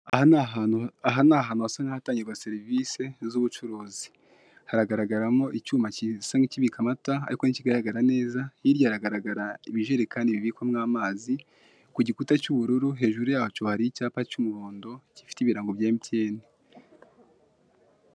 Aha ni ahantu hasa n' ahatangirwa serivisi z'ubucuruzi. Haragaragaramo icyuma gisa n' ikibika amata, ariko ntabwo kigaragara neza. Hirya haragaragara ibijerekani bibikwamo amazi, ku gukura cy'ubururu; hejuru yacyo hari icyapa cy'umuhondo gifite ibirango bya Emutiyeni.